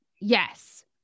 Yes